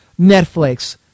Netflix